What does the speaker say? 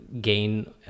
gain